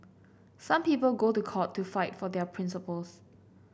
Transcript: some people go to court to fight for their principles